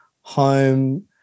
home